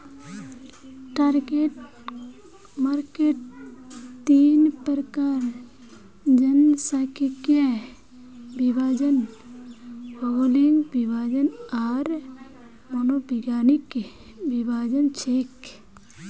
target मार्केटेर तीन प्रकार जनसांख्यिकीय विभाजन, भौगोलिक विभाजन आर मनोवैज्ञानिक विभाजन छेक